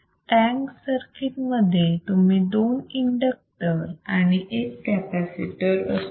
tank circuit मध्ये तुम्ही दोन इंडक्टर आणि एक कॅपॅसिटर असतो